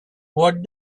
what